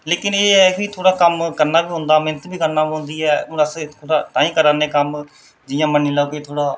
लेकिन एह् ऐ कि थोह्ड़ा कम्म करना बी पौंदा मेह्नत बी करन पौंदी ऐ हून अस ओह्दा ताईं करै करने कम्म जि'यां मन्नी लैऔ कि थोह्ड़ा